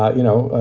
ah you know,